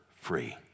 free